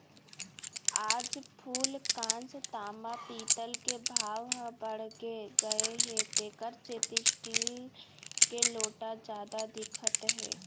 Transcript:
आज फूलकांस, तांबा, पीतल के भाव ह बाड़गे गए हे तेकर सेती स्टील के लोटा जादा दिखत हे